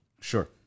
Sure